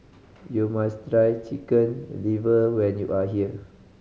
you must try Chicken Liver when you are here